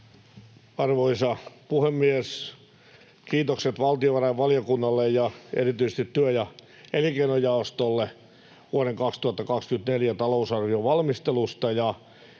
Arvoisa puhemies! Kiitokset valtiovarainvaliokunnalle ja erityisesti työ- ja elinkeinojaostolle vuoden 2024 talousarvion valmistelusta.